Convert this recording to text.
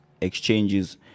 exchanges